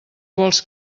vols